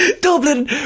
Dublin